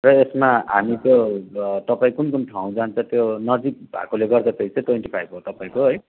र यसमा हामी त्यो तपाईँ कुन कुन ठाँउ जान्छ त्यो नजिक भएकोले गर्दाखेरि चाहिँ ट्वेन्टी फाइभ हो तपाईँको है